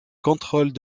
contrôle